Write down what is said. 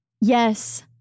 Yes